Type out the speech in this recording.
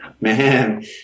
man